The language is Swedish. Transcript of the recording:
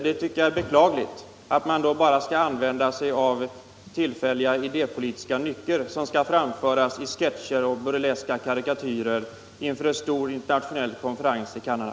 Jag tycker att det är beklagligt att man skall visa fram tillfälliga idé politiska nycker i sketcher och burleska karikatyrer inför en stor internationell kongress i Canada.